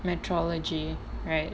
metrology right